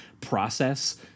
process